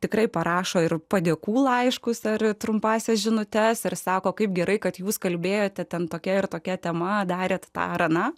tikrai parašo ir padėkų laiškus ar trumpąsias žinutes ar sako kaip gerai kad jūs kalbėjote ten tokia ir tokia tema darėte tą ar aną